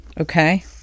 Okay